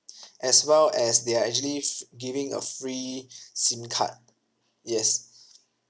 as well as they are actually giving a free SIM card yes